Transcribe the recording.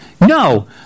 No